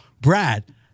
Brad